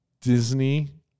Disney